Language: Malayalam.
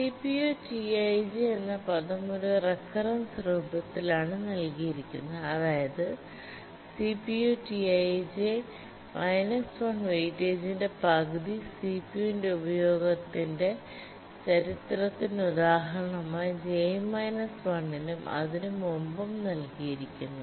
CPUTi j എന്ന പദം ഒരു റേക്കറൻസിന്റെ രൂപത്തിലാണ് നൽകിയിരിക്കുന്നത് അതായത് CPUTi j −1 വെയിറ്റേജിന്റെ പകുതി സിപിയു ഉപയോഗത്തിന്റെ ചരിത്രത്തിന് ഉദാഹരണമായി j 1 നും അതിനുമുമ്പും നൽകിയിരിക്കുന്നു